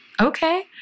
Okay